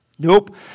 Nope